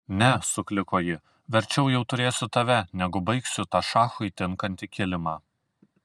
ne sukliko ji verčiau jau turėsiu tave negu baigsiu tą šachui tinkantį kilimą